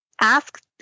Ask